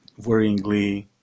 worryingly